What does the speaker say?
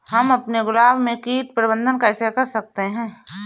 हम अपने गुलाब में कीट प्रबंधन कैसे कर सकते है?